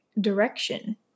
direction